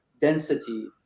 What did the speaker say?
density